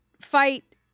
fight